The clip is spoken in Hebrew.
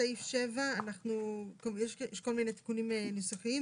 סעיף 7. יש כל מיני תיקונים ניסוחיים,